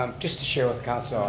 um just to share with council,